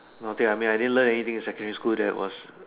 okay I mean I didn't learn anything in secondary school that was